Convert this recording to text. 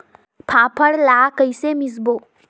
फाफण ला कइसे मिसबो?